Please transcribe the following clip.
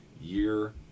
year